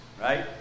right